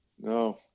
no